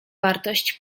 wartość